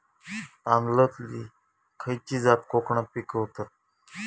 तांदलतली खयची जात कोकणात पिकवतत?